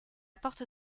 porte